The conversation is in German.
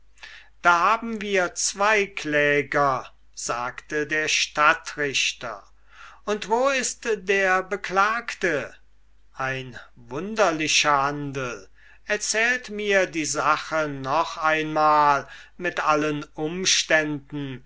da haben wir zween kläger sagte der stadtrichter und wo ist der beklagte ein wunderlicher handel erzählt mir die sache noch einmal mit allen umständen